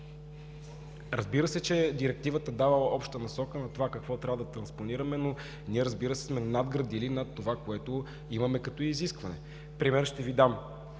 Разбира се, Директивата дава общата насока на това какво трябва да транспонираме, но ние, разбира се, сме надградили над това, което има като изискване. Ще Ви дам